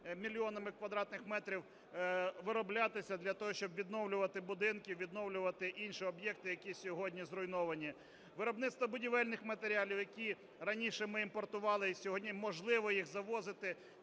мільйонами квадратних метрів вироблятися для того, щоб відновлювати будинки, відновлювати інші об'єкти, які сьогодні зруйновані. Виробництво будівельних матеріалів, які раніше ми імпортували, і сьогодні можливо їх завозити,